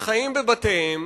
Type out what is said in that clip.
שחיים בבתיהם